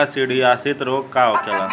काकसिडियासित रोग का होखेला?